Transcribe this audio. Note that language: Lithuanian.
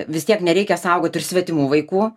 vis tiek nereikia saugoti ir svetimų vaikų